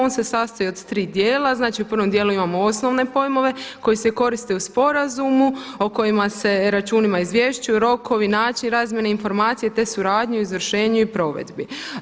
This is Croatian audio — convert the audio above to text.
On se sastoji od tri djela, znači u prvom djelu imamo osnovne pojmove koji se koristi u sporazumu, o kojima se računima izvješćuju, rokovi, način razmjene informacija te suradnja o izvršenju i provedbi.